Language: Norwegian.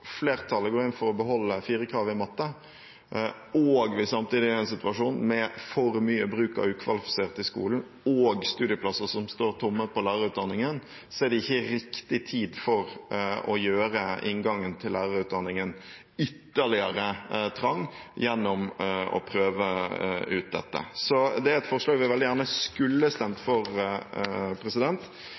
flertallet går inn for å beholde firerkravet i matte, og vi samtidig er i en situasjon med for mye bruk av ukvalifiserte i skolen og studieplasser som står tomme i lærerutdanningen, er det ikke riktig tid for å gjøre inngangen til lærerutdanningen ytterligere trang gjennom å prøve ut dette. Så dette er et forslag vi veldig gjerne skulle stemt for,